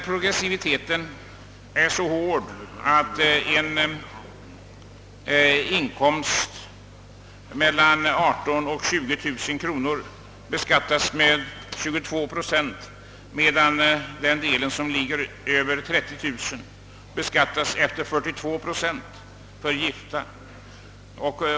Progressiviteten är så hård att en inkomst mellan 18 000 och 20 000 kronor beskattas med 22 procent, medan den del som ligger över 30 000 beskattas med 42 procent för gifta.